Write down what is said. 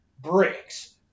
Bricks